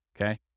Okay